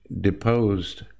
deposed